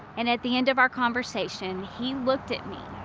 and at the end of our conversation, he looked at me